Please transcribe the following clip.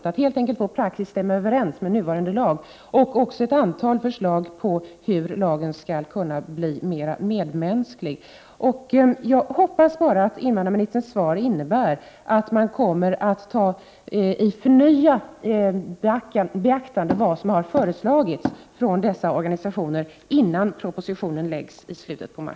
Man skall helt enkelt få praxis att stämma överens med nuvarande lag och få ett antal förslag om hur lagen skall kunna bli mera medmänsklig. Jag hoppas att invandrarministerns svar innebär att man innan propositionen läggs i slutet av mars kommer att ta i förnyat beaktande det som har föreslagits från dessa organisationer.